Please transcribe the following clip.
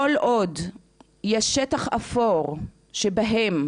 כל עוד יש שטח אפור שבהם